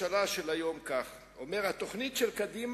אומר מפורזת ויהודית.